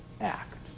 act